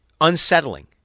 unsettling